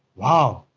wow.